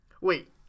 Wait